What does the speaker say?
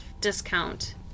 discount